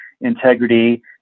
integrity